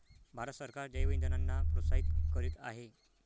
भारत सरकार जैवइंधनांना प्रोत्साहित करीत आहे